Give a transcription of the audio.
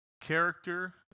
character